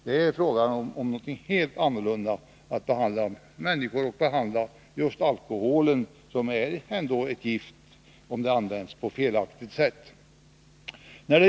Att servera alkohol innebär att ha med människor att göra och med deras sätt att behandla alkoholen, som ju ändå är ett gift om den används på ett felaktigt sätt.